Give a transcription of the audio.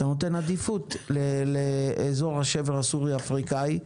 אתה נותן עדיפות לאזור השבר הסורי אפריקאי,